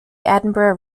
edinburgh